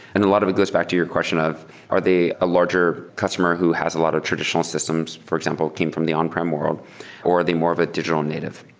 and a lot of it goes back to your question of are they a larger customer who has a lot of traditional systems, for example, came from the on-prem world or the more of a digital native.